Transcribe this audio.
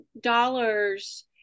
dollars